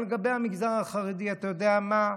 אבל לגבי המגזר החרדי, אתה יודע מה,